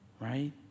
right